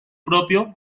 propio